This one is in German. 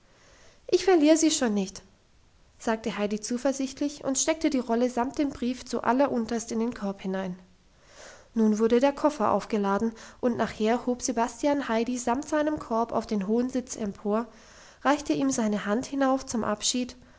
ich verliere sie schon nicht sagte heidi zuversichtlich und steckte die rolle samt dem brief zuallerunterst in den korb hinein nun wurde der koffer aufgeladen und nachher hob sebastian heidi samt seinem korb auf den hohen sitz empor reichte ihm seine hand hinauf zum abschied